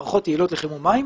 מערכות יעילות לחימום מים.